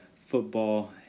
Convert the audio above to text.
football